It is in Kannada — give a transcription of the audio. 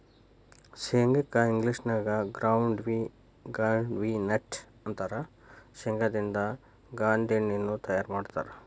ಶೇಂಗಾ ಕ್ಕ ಇಂಗ್ಲೇಷನ್ಯಾಗ ಗ್ರೌಂಡ್ವಿ ನ್ಯೂಟ್ಟ ಅಂತಾರ, ಶೇಂಗಾದಿಂದ ಗಾಂದೇಣ್ಣಿನು ತಯಾರ್ ಮಾಡ್ತಾರ